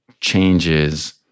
changes